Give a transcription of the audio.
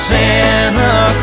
Santa